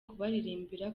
kubaririmbira